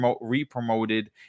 re-promoted